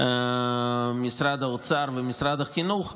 משרד האוצר ומשרד החינוך,